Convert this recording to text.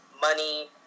money